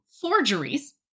forgeries